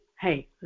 hey